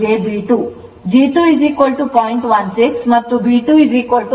16 ಮತ್ತು b 2 0